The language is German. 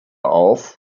auf